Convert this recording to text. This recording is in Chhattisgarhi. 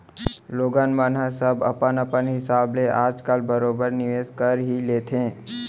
लोगन मन ह सब अपन अपन हिसाब ले आज काल बरोबर निवेस कर ही लेथे